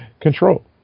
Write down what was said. control